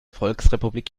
volksrepublik